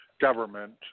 government